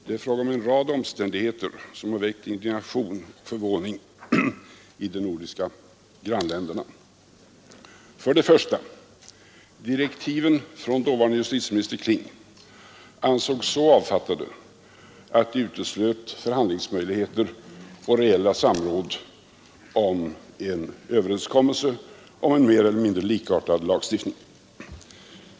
Det är fråga om en rad omständigheter som har väckt indignation och förvåning i de nordiska grannländerna. För det första: Direktiven från dåvarande justitieminister Kling ansågs så avfattade att de uteslöt förhandlingsmöjligheter och reellt samråd om en överenskommelse rörande en mer eller mindre likartad lagstiftning.